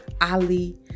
Ali